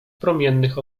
promiennych